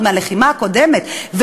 עוד מהלחימה הקודמת,